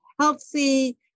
healthy